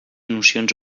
nocions